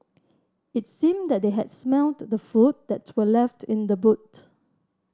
it seemed that they had smelt the food that were left in the boot